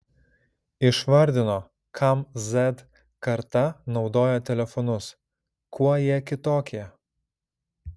išvardino kam z karta naudoja telefonus kuo jie kitokie